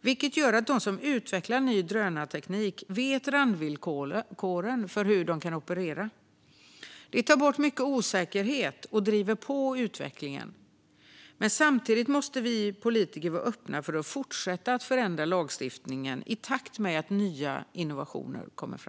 vilket gör att de som utvecklar ny drönarteknik känner till randvillkoren för hur de kan operera. Det tar bort mycket osäkerhet och driver på utvecklingen. Samtidigt måste vi politiker vara öppna för att fortsätta att förändra lagstiftningen i takt med att nya innovationer kommer fram.